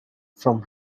from